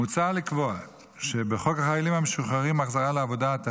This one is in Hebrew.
מוצע לקבוע בחוק החיילים המשוחררים (החזרה לעבודה),